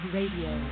Radio